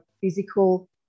physical